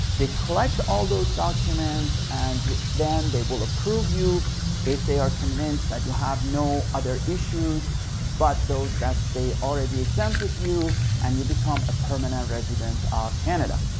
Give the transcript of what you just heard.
they collect all those documents and then they will approve you if they are convinced that you have no other issues but those that they already exempted you and you become a permanent resident of canada.